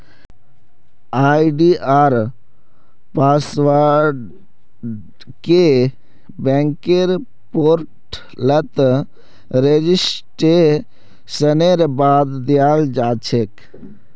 आई.डी.आर पासवर्डके बैंकेर पोर्टलत रेजिस्ट्रेशनेर बाद दयाल जा छेक